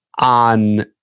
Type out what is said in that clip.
on